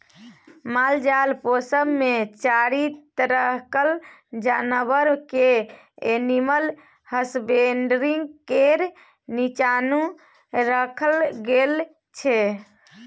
मालजाल पोसब मे चारि तरहक जानबर केँ एनिमल हसबेंडरी केर नीच्चाँ राखल गेल छै